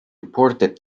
reported